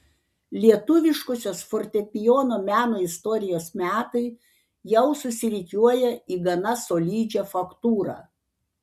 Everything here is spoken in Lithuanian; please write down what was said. lietuviškosios fortepijono meno istorijos metai jau susirikiuoja į gana solidžią faktūrą